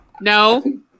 no